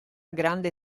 grande